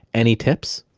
any tips?